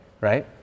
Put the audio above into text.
right